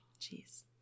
jeez